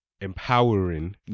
empowering